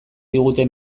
digute